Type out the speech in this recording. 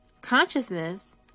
consciousness